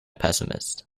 pessimist